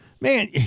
man